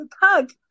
hug